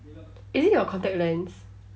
is it your contact lense